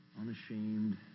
unashamed